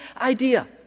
idea